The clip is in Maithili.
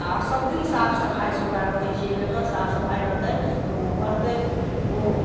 आओर सबदिन साफ सफाइसँ ओकरा रखै छियै अइ लअ कऽ की साफ सफाइ रहतै ओ बढ़तै ओ